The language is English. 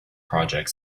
project